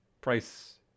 price